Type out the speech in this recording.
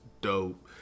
dope